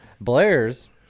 Blair's